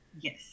yes